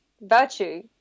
virtue